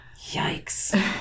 Yikes